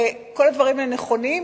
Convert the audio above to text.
וכל הדברים האלה נכונים,